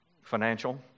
financial